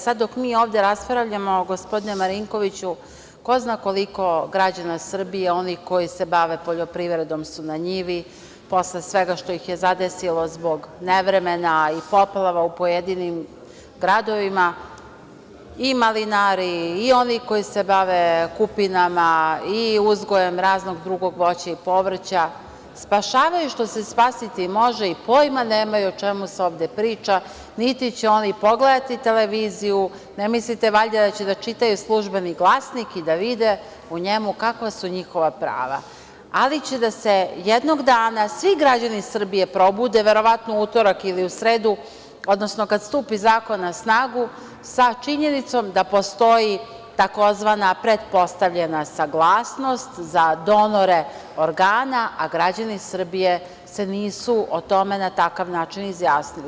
Sada dok mi ovde raspravljamo, gospodine Marinkoviću, ko zna koliko građana Srbije, onih koji se bave poljoprivredom su na njivi, posle svega što ih je zadesilo zbog nevremena i poplava u pojedinim gradovima, i malinari i oni koji se bave kupinama i uzgojem raznog drugog voća i povrća, spasavaju šta se spasiti može i pojma nemaju o čemu se ovde priča, niti će oni pogledati televiziju, ne mislite valjda da će i čitaju „Službeni glasnik“ i da vide u njemu kakva su njihova prava, ali će da se jednog dana svi građani Srbije probude, verovatno u utorak ili u sredu, odnosno kad stupi zakon na snagu, sa činjenicom da postoji tzv. pretpostavljena saglasnost za donore organa, a građani Srbije se nisu o tome na takav način izjasnili.